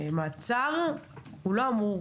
למעצר הוא לא אמור